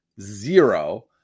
zero